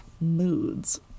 moods